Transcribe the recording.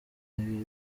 mibi